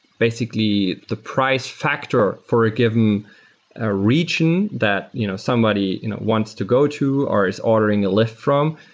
basically, the price factor for a given ah region that you know somebody wants to go to or is ordering a lyft from.